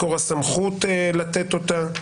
מקור הסמכות לתת אותה,